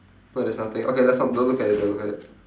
but there's nothing okay let's sto~ don't look at it don't look at it